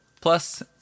Plus